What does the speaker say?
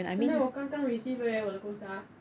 是 meh 我刚刚 received 而已 leh 我的 costar